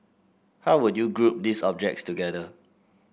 how would you group these objects together